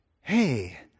hey